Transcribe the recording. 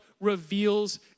reveals